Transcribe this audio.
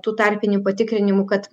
tų tarpinių patikrinimų kad